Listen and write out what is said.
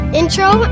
intro